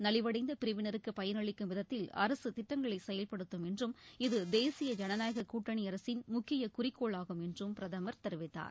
நலிவடைந்த பிரிவினருக்கு பயனளிக்கும் விதத்தில் அரசு திட்டங்களை செயல்படுத்தும் என்றும் இது தேசிய ஜனநாயகக் கூட்டணி அரசின் முக்கிய குறிக்கோளாகும் என்றும் பிரதமர் தெரிவித்தார்